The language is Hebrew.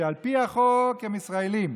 על פי החוק הם ישראלים,